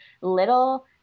little